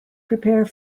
prepare